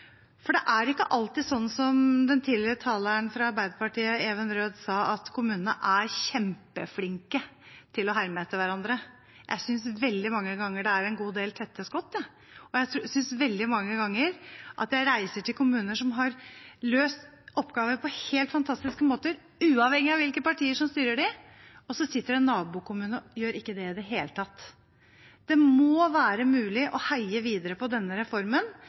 er en god del tette skott, og jeg synes veldig mange ganger at jeg reiser til kommuner som har løst oppgaver på helt fantastiske måter, uavhengig av hvilke partier som styrer dem, og så er det en nabokommune som ikke gjør det i det hele tatt. Det må være mulig å heie videre på denne reformen,